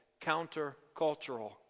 countercultural